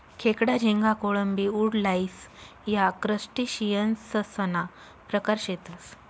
खेकडा, झिंगा, कोळंबी, वुडलाइस या क्रस्टेशियंससना प्रकार शेतसं